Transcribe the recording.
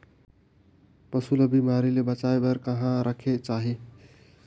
पशु ला बिमारी ले बचाय बार कहा रखे चाही?